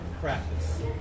practice